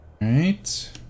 right